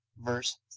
Verse